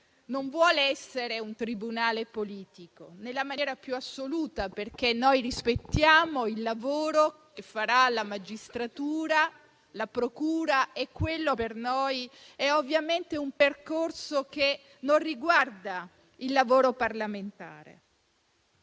non vuole essere un tribunale politico nella maniera più assoluta, perché noi rispettiamo il lavoro che faranno la magistratura e la procura e quello per noi è un percorso che non riguarda il lavoro parlamentare.